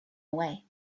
away